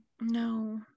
No